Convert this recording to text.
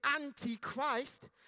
anti-Christ